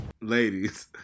Ladies